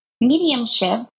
mediumship